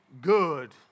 good